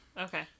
Okay